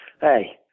hey